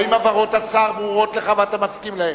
האם הבהרות השר ברורות לך ואתה מסכים להן?